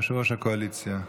יושב-ראש הקואליציה,